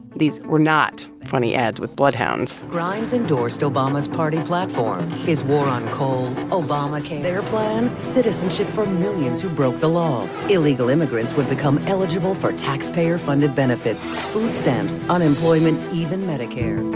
these were not funny ads with bloodhounds grimes endorsed obama's party platform, his war on coal, obamacare. their plan citizenship for millions who broke the law. illegal immigrants would become eligible for taxpayer-funded benefits food stamps, unemployment, even medicare